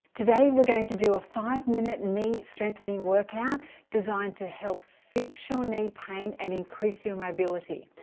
today we're going to do a five-minute knee strengthening workout designed to help fix your knee pain and increase your mobility